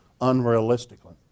unrealistically